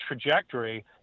trajectory